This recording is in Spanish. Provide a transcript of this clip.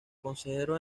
consejero